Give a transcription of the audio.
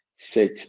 set